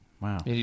Wow